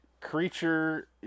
creature